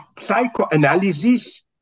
psychoanalysis